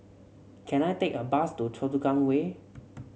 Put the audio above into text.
can I take a bus to Choa Chu Kang Way